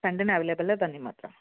ಸಂಡೆನೆ available ಬನ್ನಿ ಮಾತ್ರ